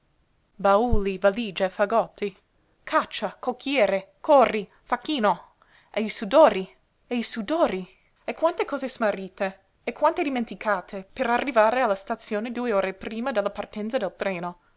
bauli valige fagotti caccia cocchiere corri facchino e i sudori e i sudori e quante cose smarrite e quante dimenticate per arrivare alla stazione due ore prima della partenza del treno